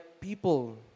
people